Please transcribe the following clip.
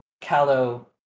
Callow